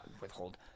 Withhold